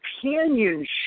companionship